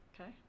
Okay